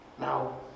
now